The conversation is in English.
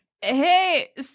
Hey